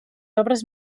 obres